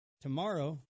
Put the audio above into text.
tomorrow